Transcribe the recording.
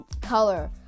color